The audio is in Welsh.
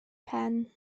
pen